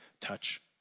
touch